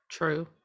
true